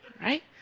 right